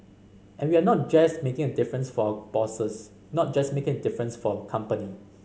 and we are not just making a difference for our bosses not just making a difference for our company